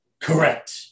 Correct